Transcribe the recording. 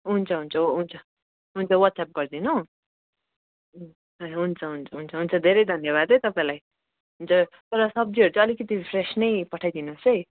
हुन्छ हुन्छ हुन्छ हुन्छ वाट्सएप गरिदिनु हुन्छ हुन्छ हुन्छ धेरै धन्यवादै तपाईँलाई हुन्छ कोही बेला सब्जीहरू चाहिँ अलिकति फ्रेस नै पठाइदिनुहोस् है